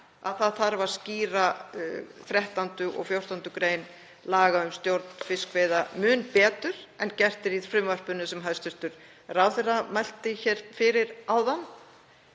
að það þarf að skýra 13. og 14. gr. laga um stjórn fiskveiða mun betur en gert er í frumvarpinu sem hæstv. ráðherra mælti fyrir áðan.